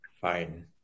Fine